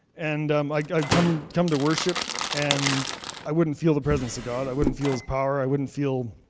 and um like i come come to worship and i wouldn't feel the presence of god. i wouldn't feel his power. i wouldn't feel,